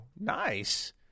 nice